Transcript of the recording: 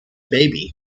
baby